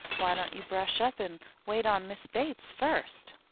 why don't you brush up and wait on miss bates first?